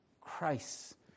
Christ